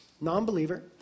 non-believer